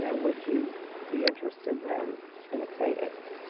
ah would you be interested then in a k eight?